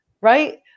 right